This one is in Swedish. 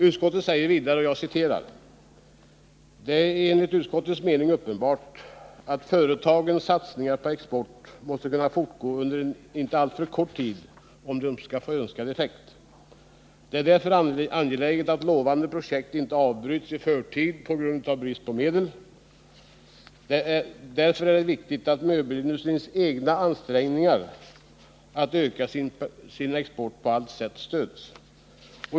Utskottet säger vidare: ”Det är enligt utskottets mening uppenbart att företagens satsningar på export måste kunna fortgå under en inte alltför kort tid om de skall få önskad effekt. Det är därför angeläget att lovande projekt inte avbryts i förtid på grund av brist på medel. ———- Det är därför viktigt att möbelindustrins egna ansträngningar att öka sin export på allt sätt stöds.